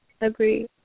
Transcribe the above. Agree